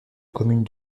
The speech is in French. commune